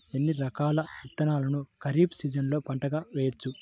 ఎన్ని రకాల విత్తనాలను ఖరీఫ్ సీజన్లో పంటగా వేయచ్చు?